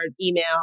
email